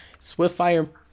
Swiftfire